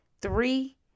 three